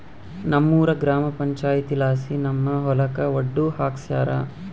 ನಮ್ಮೂರ ಗ್ರಾಮ ಪಂಚಾಯಿತಿಲಾಸಿ ನಮ್ಮ ಹೊಲಕ ಒಡ್ಡು ಹಾಕ್ಸ್ಯಾರ